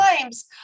times